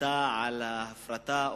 שהיתה על ההפרטה,